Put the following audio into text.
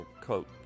coat